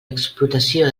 explotació